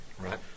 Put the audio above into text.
Right